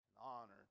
honor